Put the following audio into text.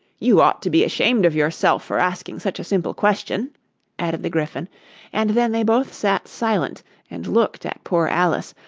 you ought to be ashamed of yourself for asking such a simple question added the gryphon and then they both sat silent and looked at poor alice,